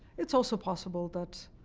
it's also possible that